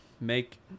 Make